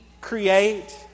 create